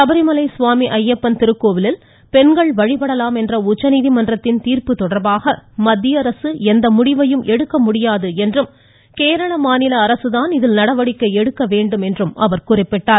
சபரிமலை சுவாமி ஜயப்பன் திருக்கோவிலில் பெண்கள் வழிபடலாம் என்ற உச்சநீதிமன்றத்தின் தீர்ப்பு தொடர்பாக மத்திய அரசு எந்த முடிவையும் எடுக்கமுடியாது என்றும் கேரள மாநில அரசுதான் இதில் நடவடிக்கை எடுக்க வேண்டும் என்று குறிப்பிட்டார்